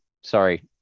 sorry